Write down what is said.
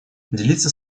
делиться